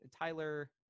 tyler